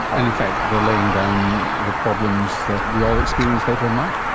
and in fact they are laying down the problems that we all experience later in life.